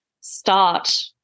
start